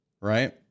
right